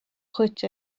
duit